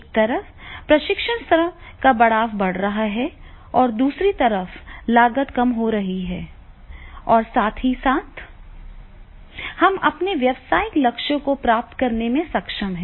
एक तरफ प्रशिक्षण सत्र का प्रभाव बढ़ रहा है और दूसरी तरफ लागत कम हो रही है और साथ ही साथ हम अपने व्यावसायिक लक्ष्यों को प्राप्त करने में सक्षम हैं